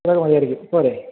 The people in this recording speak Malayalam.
ഇത്രയൊക്കെ മതി ആയിരിക്കും പോരേ